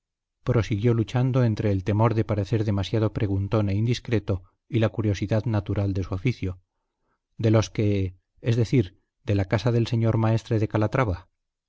prosiguió luchando entre el temor de parecer demasiado preguntón e indiscreto y la curiosidad natural de su oficio de los que es decir de la casa del señor maestre de calatrava